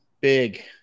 big